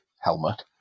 helmet